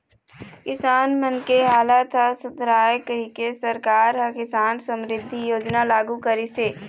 किसान मन के हालत ह सुधरय कहिके सरकार ह किसान समरिद्धि योजना लागू करिस हे